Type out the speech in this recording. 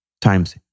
times